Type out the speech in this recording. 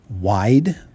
wide